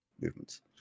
movements